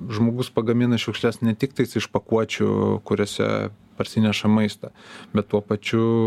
žmogus pagamina šiukšles ne tik tais iš pakuočių kuriose parsinešam maistą bet tuo pačiu